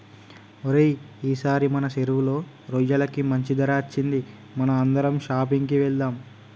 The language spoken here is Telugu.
ఓరై ఈసారి మన సెరువులో రొయ్యలకి మంచి ధర అచ్చింది మనం అందరం షాపింగ్ కి వెళ్దాం